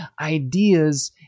ideas